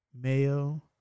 mayo